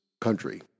country